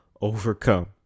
overcome